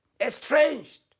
estranged